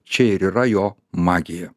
čia ir yra jo magija